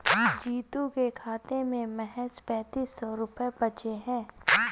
जीतू के खाते में महज पैंतीस सौ रुपए बचे हैं